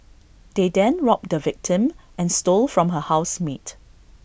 they then robbed the victim and stole from her housemate